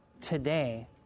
today